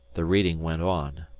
the reading went on.